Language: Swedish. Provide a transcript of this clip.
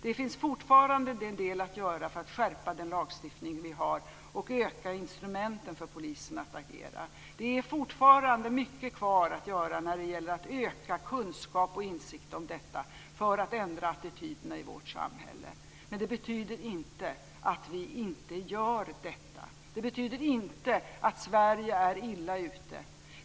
Det finns fortfarande en del att göra för att skärpa den lagstiftning vi har och öka instrumenten för polisen när det gäller att agera. Det är fortfarande mycket kvar att göra när det gäller att öka kunskap och insikt om detta för att ändra attityderna i vårt samhälle, men det betyder inte att vi inte gör detta. Det betyder inte att Sverige är illa ute.